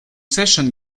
session